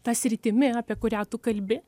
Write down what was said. ta sritimi apie kurią tu kalbi